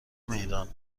میدان